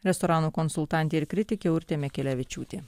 restoranų konsultantė ir kritikė urtė mikelevičiūtė